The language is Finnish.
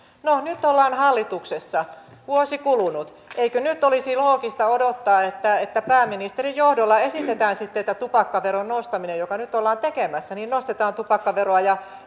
no nyt ollaan hallituksessa vuosi kulunut eikö nyt olisi loogista odottaa että että pääministerin johdolla esitetään sitten tämä tupakkaveron nostaminen joka nyt ollaan tekemässä että nostetaan tupakkaveroa ja